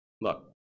Look